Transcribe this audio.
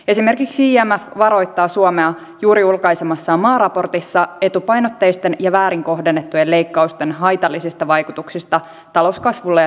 esimerkiksi imf varoittaa suomea juuri julkaisemassaan maaraportissa etupainotteisten ja väärin kohdennettujen leikkausten haitallisista vaikutuksista talouskasvulle ja työllisyydelle